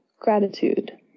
Gratitude